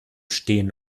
stehen